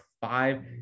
five